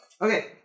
Okay